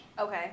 Okay